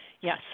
Yes